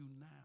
now